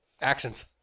Actions